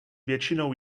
většinou